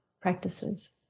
practices